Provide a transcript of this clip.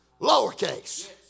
lowercase